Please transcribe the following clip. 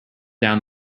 down